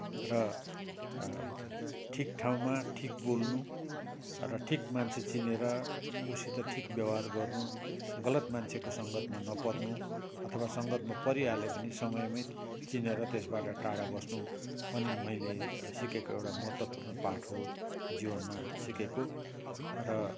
र ठिक ठाउँमा ठिक बोल्नु र ठिक मान्छे चिनेर उसित ठिक व्यवहार गर्नु गलत मान्छेको सङ्गतमा नपर्नु अथवा सङ्गतमा परिहाले पनि समयमै चिनेर बेलैमा त्यसबाट टाढा बस्नु पनि मैले सिकेको एउटा महत्त्वपूर्ण पाठ हो जीवनमा सिकेको र